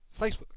Facebook